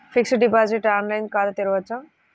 Fixed deposit online ఖాతా తెరువవచ్చా?